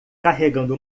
carregando